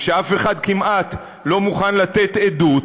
וכאשר אף אחד כמעט לא מוכן לתת עדות,